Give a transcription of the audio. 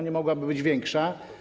Nie mogłaby być większa?